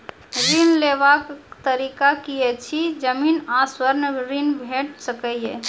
ऋण लेवाक तरीका की ऐछि? जमीन आ स्वर्ण ऋण भेट सकै ये?